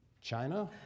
China